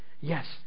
yes